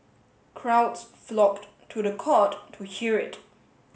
crowds flocked to the court to hear it